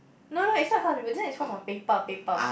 no no no it's not cause of you this is cause of paper paper